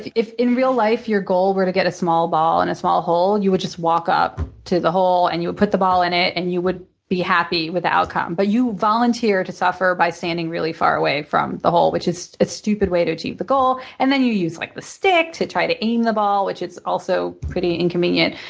if if in real life your goal were to get a small ball in and a small hole, and you would just walk up to the hole and you would put the ball in it and you would be happy with the outcome. but you volunteer to suffer by standing really far away from the hole, which is a stupid way to achieve the goal, and then you use like the stick to try to aim the ball, which is also pretty inconvenient.